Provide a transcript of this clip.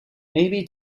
maybe